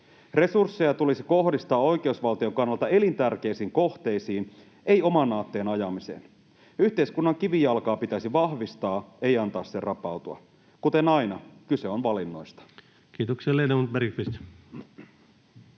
Resursseja tulisi kohdistaa oikeusvaltion kannalta elintärkeisiin kohteisiin, ei oman aatteen ajamiseen. Yhteiskunnan kivijalkaa pitäisi vahvistaa, ei antaa se rapautua. Kuten aina, kyse on valinnoista. [Speech